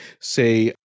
say